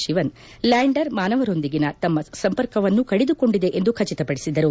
ಶಿವನ್ lander ಮಾನವರೊಂದಿಗಿನ ತನ್ನ ಸಂಪರ್ಕವನ್ನು ಕಡಿದುಕೊಂಡಿದೆ ಎಂದು ಖಚಿತಪಡಿಸಿದರು